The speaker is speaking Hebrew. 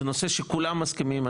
זה נושא שכולם מסכימים עליו.